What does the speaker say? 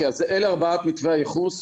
אז אלה ארבעת מתווי הייחוס.